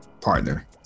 partner